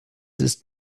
ist